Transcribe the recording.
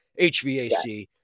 HVAC